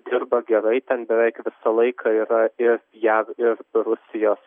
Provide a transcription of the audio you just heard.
dirba gerai ten beveik visą laiką yra ir jav ir rusijos